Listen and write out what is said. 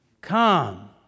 come